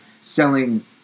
selling